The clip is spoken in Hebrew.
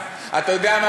אתה יודע מה?